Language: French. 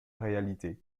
réalité